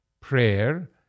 prayer